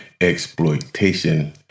exploitation